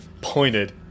pointed